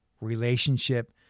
relationship